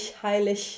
Heilig